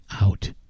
out